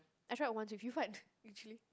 I tried once with you Fad literally